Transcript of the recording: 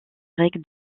règles